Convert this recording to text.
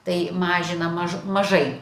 tai mažinam maž mažai